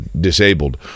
disabled